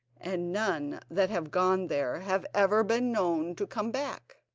and none that have gone there have ever been known to come back.